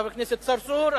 חבר הכנסת צרצור,